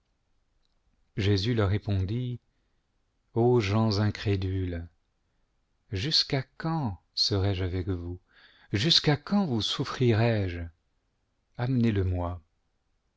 jésus leur répondit o gens incrédules jusqu'à quand serai je avec vous jusqu'à quand vous s ou ffrirai je amenez-le-moi